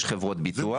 יש את חברות הביטוח,